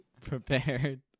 prepared